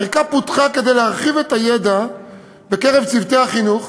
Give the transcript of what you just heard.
הערכה פותחה כדי להרחיב את הידע בקרב צוותי החינוך